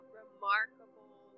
remarkable